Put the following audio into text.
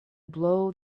blow